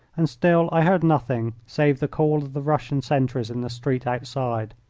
and still i heard nothing save the call of the russian sentries in the street outside.